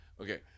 Okay